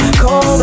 cold